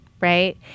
right